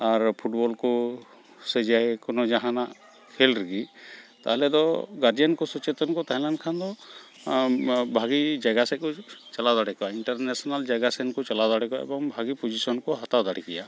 ᱟᱨ ᱯᱷᱩᱴᱵᱚᱞᱠᱚ ᱥᱮ ᱡᱮᱠᱳᱱᱳ ᱡᱟᱦᱟᱱᱟᱜ ᱠᱷᱮᱞᱨᱮᱜᱮ ᱛᱟᱦᱚᱞᱮᱫᱚ ᱜᱟᱲᱡᱮᱱᱠᱚ ᱥᱚᱪᱮᱛᱚᱱᱠᱚ ᱛᱟᱦᱮᱸᱞᱮᱱ ᱠᱷᱟᱱᱫᱚ ᱵᱷᱟᱜᱮ ᱡᱟᱭᱜᱟᱥᱮᱫᱠᱚ ᱪᱟᱞᱟᱣ ᱫᱟᱲᱮᱠᱚᱜᱼᱟ ᱤᱱᱴᱟᱨᱱᱮᱥᱚᱱᱟᱞ ᱡᱟᱭᱜᱟᱥᱮᱱᱠᱚ ᱪᱟᱞᱟᱣ ᱫᱟᱲᱮᱠᱚᱜᱼᱟ ᱮᱵᱚᱝ ᱵᱷᱟᱹᱜᱤ ᱯᱚᱡᱤᱥᱚᱱᱠᱚ ᱦᱟᱛᱟᱣ ᱫᱟᱲᱮ ᱠᱮᱭᱟ